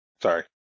Sorry